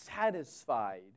satisfied